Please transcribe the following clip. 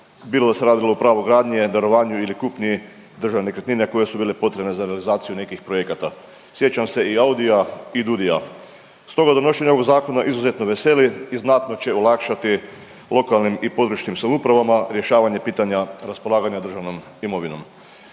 bilo da se radilo o pravu gradnje, darovanju ili kupnji državne nekretnine koje su bile potrebne za realizaciju nekih projekata. Sjećam se i Audia i Dudia. Stoga donošenje ovog zakona izuzetno veseli i znatno će olakšati lokalnim i područnim samoupravama rješavanje pitanja raspolaganja državnom imovinom.